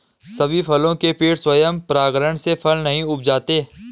सभी फल के पेड़ स्वयं परागण से फल नहीं उपजाते